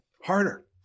Harder